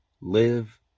live